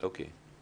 אוקיי.